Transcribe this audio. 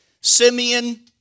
Simeon